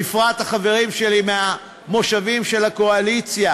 בפרט החברים שלי מהמושבים של הקואליציה.